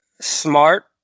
smart